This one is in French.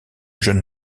jeune